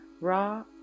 Raw